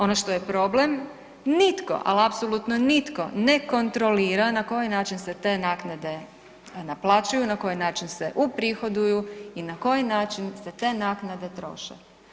Ono što je problem nitko, ali apsolutno nitko ne kontrolira na koji način se te naknade naplaćuju, na koji način se uprihoduju i na koji način se te naknade troše.